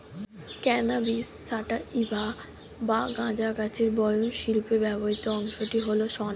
cannabis sativa বা গাঁজা গাছের বয়ন শিল্পে ব্যবহৃত অংশটি হল শন